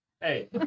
Hey